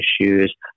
issues